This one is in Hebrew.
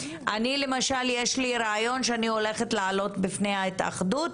לי יש רעיון שאני הולכת להעלות בפני ההתאחדות